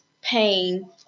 pain